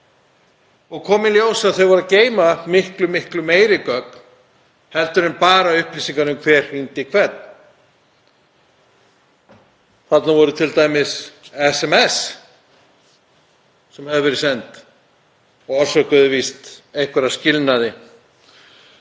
og kom í ljós að það var að geyma miklu fleiri gögn en bara upplýsingar um hver hringdi hvert. Þarna voru t.d. SMS sem höfðu verið send og orsökuðu víst einhverja skilnaði